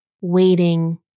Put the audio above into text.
waiting